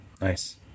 Nice